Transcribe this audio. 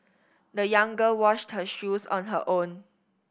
the young girl washed her shoes on her own